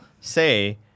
say